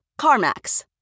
CarMax